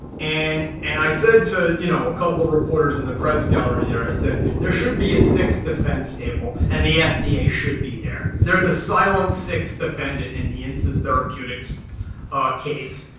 and and i said to you know a couple reporters in the press gallery there, i said, there should be a sixth defense table, and the fda should be there. they're the silent sixth defendant in the insys therapeutics case,